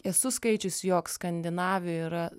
esu skaičius jog skandinavijoj yra